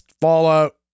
Fallout